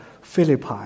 Philippi